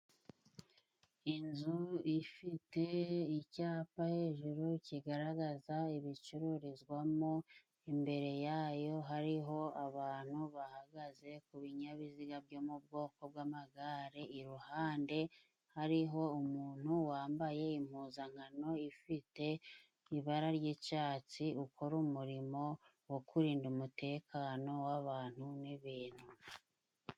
Inzu ifite icyapa hejuru kigaragaza ibicururizwamo, imbere yayo hariho abantu bahagaze ku binyabiziga byo mu bwoko bw'amagare ,iruhande hariho umuntu wambaye impuzankano ifite ibara ry'icatsi ukora umurimo wo kurinda umutekano w'abantu n'ibintu.